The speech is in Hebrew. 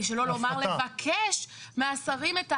שלא לומר לבקש מהשרים את ההנחה.